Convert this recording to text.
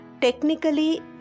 technically